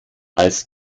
als